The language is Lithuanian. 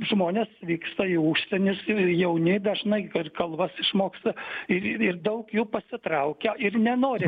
žmonės vyksta į užsienius jauni dažnai ir kalbas išmoksta ir ir ir daug jų pasitraukia ir nenori